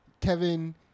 Kevin